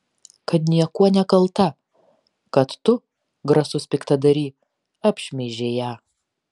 kad niekuo nekalta kad tu grasus piktadary apšmeižei ją